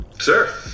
sir